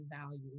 value